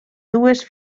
dues